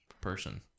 person